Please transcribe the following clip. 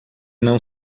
não